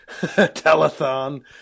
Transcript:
telethon